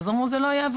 אז אמרו זה לא יעבוד,